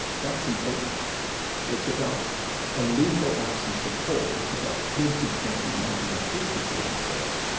that's important to me it's about a lethal absence of hope. it's about kids who can't imagine a future for themselves.